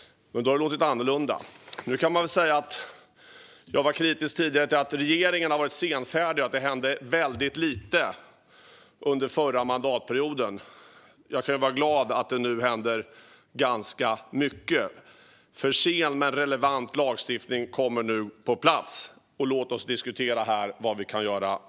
Men då har det låtit annorlunda. Man kan väl säga att jag tidigare var kritisk till att regeringen var senfärdig och att det hände väldigt lite under förra mandatperioden. Jag kan vara glad att det nu händer ganska mycket. För sen men relevant lagstiftning kommer nu på plats. Låt oss diskutera här vad mer vi kan göra.